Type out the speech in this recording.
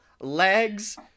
legs